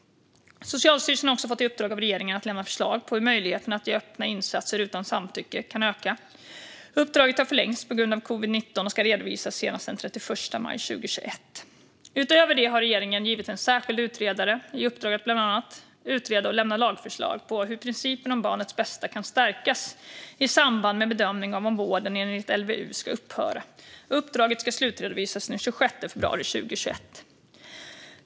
Socialstyrelsen har också fått i uppdrag av regeringen att lämna förslag på hur möjligheterna att ge öppna insatser utan samtycke kan öka. Uppdraget har förlängts på grund av covid-19 och ska redovisas senast den 31 maj 2021. Utöver det har regeringen givit en särskild utredare i uppdrag att bland annat utreda och lämna lagförslag på hur principen om barnets bästa kan stärkas i samband med bedömning av om vården enligt LVU ska upphöra. Uppdraget ska slutredovisas senast den 26 februari 2021.